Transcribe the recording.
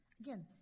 Again